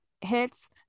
hits